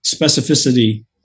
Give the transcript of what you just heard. specificity